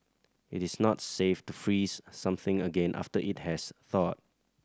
it is not safe to freeze something again after it has thawed